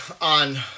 on